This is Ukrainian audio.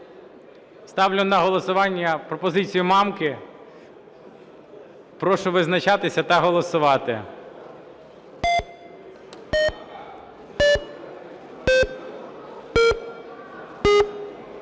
Ставлю на голосування пропозицію Мамки. Прошу визначатися та голосувати.